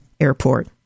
airport